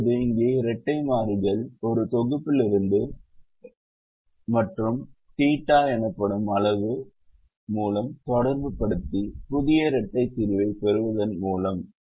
இப்போது இங்கே இரட்டை மாறிகள் ஒரு தொகுப்பிலிருந்து இரட்டை மாறிகள் மற்றும் தீட்டா θ எனப்படும் அளவுரு மூலம் தொடர்புபடுத்தி புதிய இரட்டை தீர்வைப் பெறுவதன் மூலம்